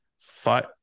five